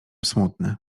smutny